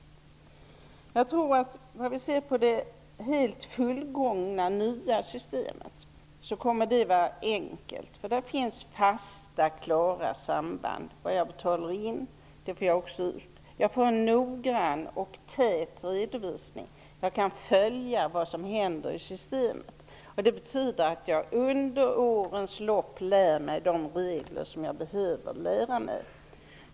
Det helt fullgångna nya systemet kommer att vara enkelt, eftersom där finns fasta, klara samband. Vad jag betalar in får jag också ut. Jag får en noggrann och tät redovisning och kan följa vad som händer i systemet. Det betyder att jag under årens lopp lär mig de regler som jag behöver lära mig.